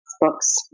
books